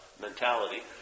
mentality